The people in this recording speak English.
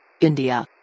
India